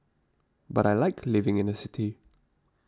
but I like living in a city